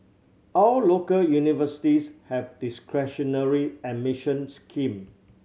all local universities have discretionary admission scheme